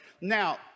Now